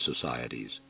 societies